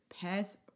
past